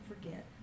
forget